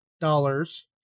dollars